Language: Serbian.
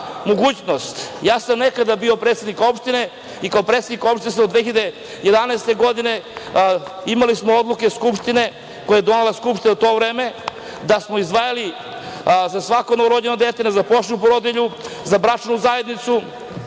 mogućnost. Nekada sam bio predsednik opštine i kao predsednik opštine do 2011. godine imali smo odluke Skupštine, koje je donela Skupština u to vreme, da smo izdvajali za svako novorođeno dete, nezaposlenu porodilju, za bračnu zajednicu